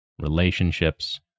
relationships